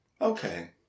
Okay